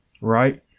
right